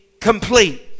complete